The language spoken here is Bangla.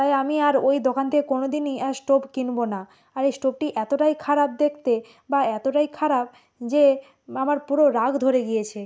তাই আমি আর ওই দোকান থেকে কোনো দিনই আর স্টোব কিনবো না আর এই স্টোবটি এতোটাই খারাপ দেখতে বা এতোটাই খারাপ যে আমার পুরো রাগ ধরে গিয়েছে